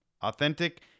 Authentic